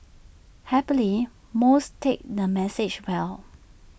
happily most take the message well